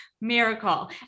miracle